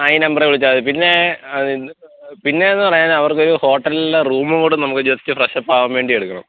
ആ ഈ നമ്പറെ വിളിച്ചാൽ മതി പിന്നേ പിന്നേന്ന് പറയാന് അവര്ക്കൊരു ഹോട്ടൽല് റൂമ് കൂടെ നമുക്ക് ജസ്റ്റ് ഫ്രഷ അപ്പാകാന് വേണ്ടി എടുക്കണം